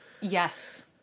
Yes